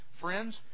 friends